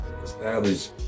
establish